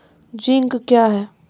Zinc क्या हैं?